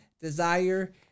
desire